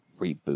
Reboot